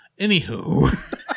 Anywho